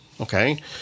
okay